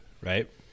right